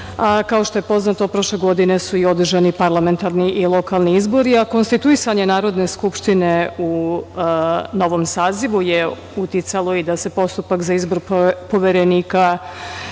što je poznato prošle godine su i održani parlamentarni i lokalni izbori. Konstituisanje Narodne skupštine u novom sazivu je uticalo da se postupak za izbor Poverenika